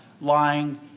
lying